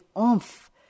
oomph